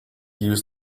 use